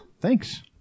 Thanks